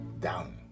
down